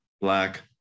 Black